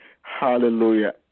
Hallelujah